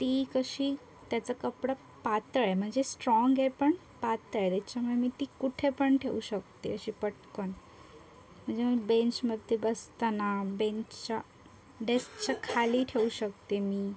ती कशी त्याचं कपडं पातळ आहे म्हणजे स्ट्राँग आहे पण पातळ आहे त्याच्यामुळे ती कुठे पण ठेवू शकते अशी पटकन म्हणजे बेंचमध्ये बसताना बेंचच्या डेस्कच्या खाली ठेवू शकते मी